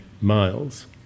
miles